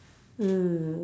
mm